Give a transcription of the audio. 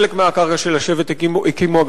בחלק מהקרקע של השבט הקימו,